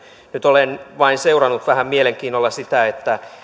nyt olen vain seurannut vähän mielenkiinnolla sitä